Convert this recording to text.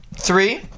three